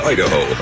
Idaho